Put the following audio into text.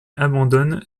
abandonne